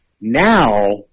Now